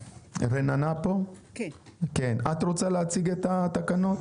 רננה, את רוצה להציג את התקנות?